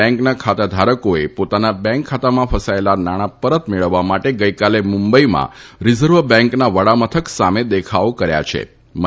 બેંકના ખાતાધારકોએ પોતાના બેંક ખાતામાં ફસાયેલા નાણા પરત મેળવવા માટે ગઇકાલે મુંબઇમાં રીઝર્વ બેંકના વડામથક સામે દેખાવો કર્યાછે